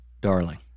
Darling